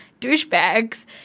douchebags